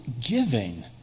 giving